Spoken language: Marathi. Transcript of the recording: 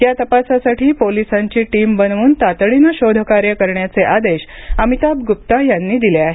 या तपासासाठी पोलिसांची टीम बनवून तातडीने शोध कार्य करण्याचे आदेश अमिताभ गुप्ता यांनी दिले आहेत